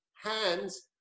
hands